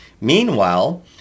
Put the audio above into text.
Meanwhile